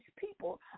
people